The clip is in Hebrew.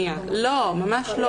ממש לא.